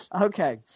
Okay